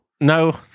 No